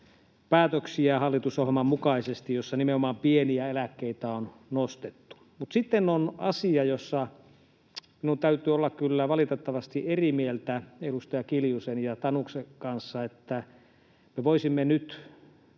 tärkeitä eläkepäätöksiä, joissa nimenomaan pieniä eläkkeitä on nostettu. Sitten on asia, jossa minun täytyy kyllä valitettavasti olla eri mieltä edustaja Kiljusen ja edustaja Tanuksen kanssa: se, että me voisimme nyt